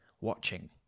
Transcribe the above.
Watching